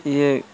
ଇଏ